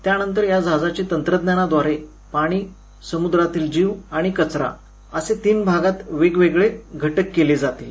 त्यानंतर या जहाजातील तंत्रज्ञानाद्ावरे पाणी समुद्रातील जीव आणि कचरा असे तीन घटक वेगळे केले जातील